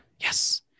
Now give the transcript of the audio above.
Yes